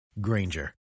Granger